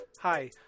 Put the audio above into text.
hi